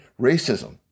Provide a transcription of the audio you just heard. racism